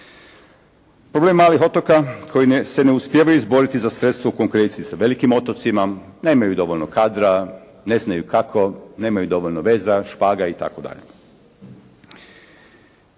Problem malih otoka koji se ne uspijevaju izboriti za sredstva u konkurenciji sa velikim otocima, nemaju dovoljno kadra, ne znaju kako, nemaju dovoljno veza, špaga i